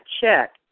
check